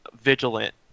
vigilant